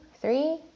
three